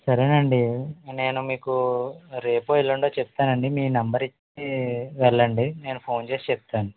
సరేనండి నేను మీకూ రేపో ఎల్లుండో చెప్తానండి మీ నంబర్ ఇచ్చి వెళ్ళండి నేను ఫోన్ చేసి చెప్తాను